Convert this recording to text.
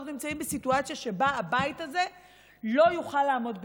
אנחנו נמצאים בסיטואציה שבה הבית הזה לא יוכל לעמוד ביחד.